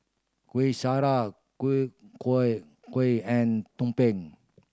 Kuih Syara kuih kuih kuih and tumpeng